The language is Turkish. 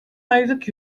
aylık